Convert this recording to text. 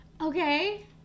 Okay